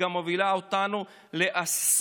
האמת,